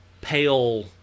pale